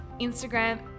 Instagram